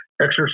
exercise